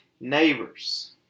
neighbors